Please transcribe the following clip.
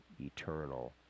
eternal